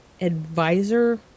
advisor